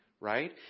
right